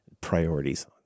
priorities